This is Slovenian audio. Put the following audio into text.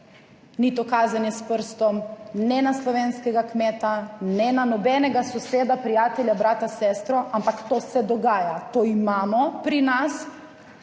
ni to kazanje s prstom ne na slovenskega kmeta, ne na nobenega soseda, prijatelja, brata, sestro, ampak to se dogaja. To imamo pri nas.